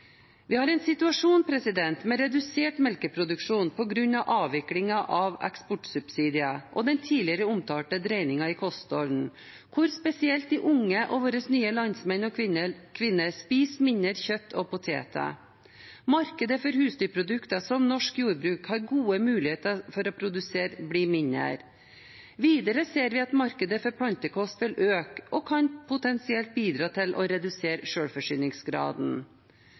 Vi har en situasjon med redusert melkeproduksjon på grunn av avviklingen av eksportsubsidier og den tidligere omtalte dreiningen i kostholdet, hvor spesielt de unge og våre nye landsmenn og -kvinner spiser mindre kjøtt og poteter. Markedet for husdyrprodukter, som norsk jordbruk har gode muligheter til å produsere, blir mindre. Videre ser vi at markedet for plantekost vil øke og potensielt kan bidra til å redusere